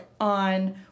on